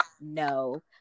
no